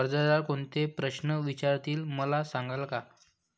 कर्जदार कोणते प्रश्न विचारतील, मला सांगाल का?